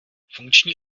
funkční